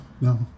no